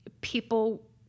people